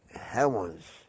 heavens